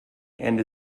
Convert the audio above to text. and